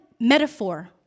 metaphor